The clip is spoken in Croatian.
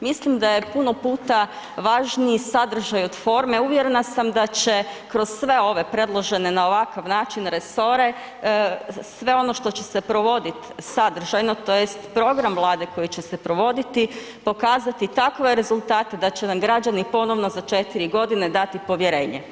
Mislim da je puno puta važniji sadržaj od forme, uvjerena sam da će kroz sve ove predložene na ovakav način resore sve ono što će se provoditi sadržajno tj. program Vlade koji će se provoditi pokazati takve rezultate da će nam građani ponovno za 4 godine dati povjerenje.